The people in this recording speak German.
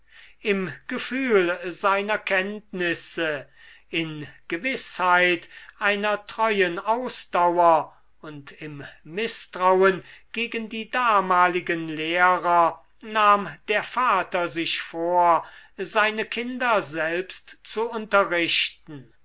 im gefühl seiner kenntnisse in gewißheit einer treuen ausdauer und im mißtrauen gegen die damaligen lehrer nahm der vater sich vor seine kinder selbst zu unterrichten